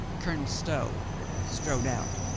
colonel stow strode out.